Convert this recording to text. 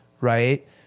right